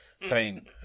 pain